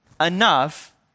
enough